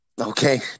Okay